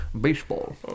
baseball